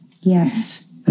Yes